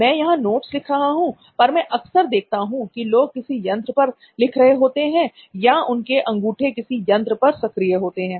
मैं यहां नोट्स लिख रहा हूं पर मैं अक्सर देखता हूं कि लोग किसी यंत्र पर लिख रहे होते हैं या उनके अंगूठे किसी यंत्र पर सक्रिय होते हैं